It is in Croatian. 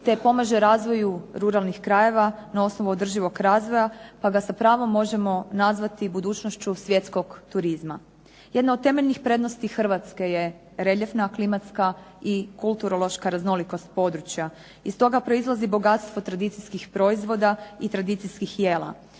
te pomaže razvoju ruralnih krajeva na osnovu održivog razvoja pa ga s pravom možemo nazvati budućnošću svjetskog turizma. Jedna od temeljnih prednosti Hrvatske je reljefna klimatska i kulturološka raznolikost područja. Iz toga proizlazi bogatstvo tradicijskih proizvoda i tradicijskih jela.